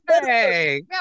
Hey